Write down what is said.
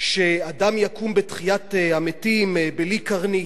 שאדם יקום בתחיית המתים בלי קרנית,